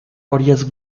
varias